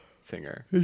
singer